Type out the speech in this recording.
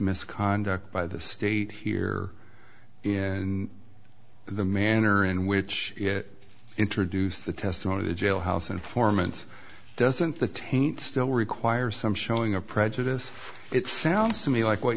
misconduct by the state here in the manner in which it introduced the testimony of a jailhouse informant doesn't the taint still require some showing of prejudice it sounds to me like what